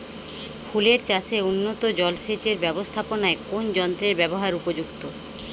ফুলের চাষে উন্নত জলসেচ এর ব্যাবস্থাপনায় কোন যন্ত্রের ব্যবহার উপযুক্ত?